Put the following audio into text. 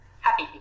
Happy